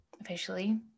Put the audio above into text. officially